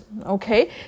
Okay